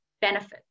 benefits